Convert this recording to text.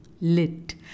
Lit